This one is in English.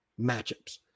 matchups